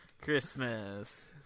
Christmas